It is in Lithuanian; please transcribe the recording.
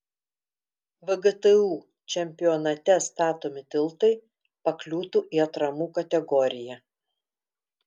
vgtu čempionate statomi tiltai pakliūtų į atramų kategoriją